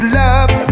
love